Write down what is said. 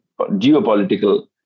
geopolitical